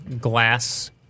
glass